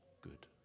good